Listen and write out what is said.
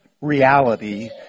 reality